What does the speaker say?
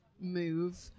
move